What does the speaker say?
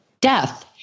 death